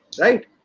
right